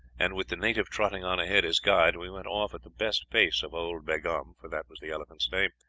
and with the native trotting on ahead as guide we went off at the best pace of old begaum, for that was the elephant's name.